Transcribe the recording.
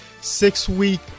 six-week